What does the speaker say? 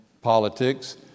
politics